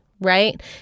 right